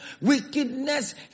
wickedness